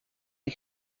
des